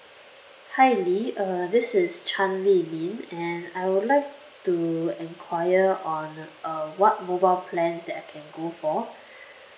hi lily uh this is chan lee min and I would like to enquire on uh what mobile plans that I can go for